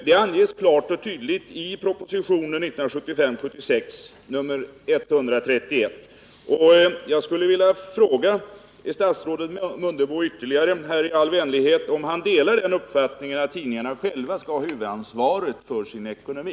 Det anges klart i propositionen 1975/76:131. Jag skulle i all vänlighet vilja fråga statsrådet Mundebo, om han delar uppfattningen att tidningarna skall ha huvudansvaret för sin ekonomi.